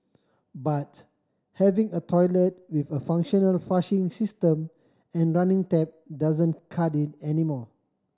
but having a toilet with a functional flushing system and running tap doesn't cut it anymore